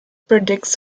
predicts